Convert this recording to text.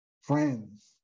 friends